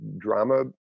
drama